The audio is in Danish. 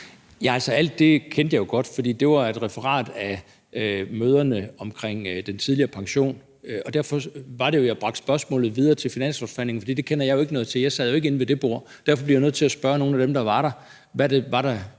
alt det vidste jeg jo godt, for det var et referat af møderne omkring den tidligere pension, og derfor var det jo, jeg førte spørgsmålet videre til finanslovsforhandlingerne, for dem kender jeg ikke noget til – jeg sad jo ikke med ved det bord, og derfor bliver jeg nødt til at spørge nogle af dem, der var der, hvad det var,